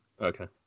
Okay